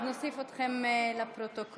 נוסיף אתכם לפרוטוקול.